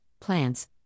plants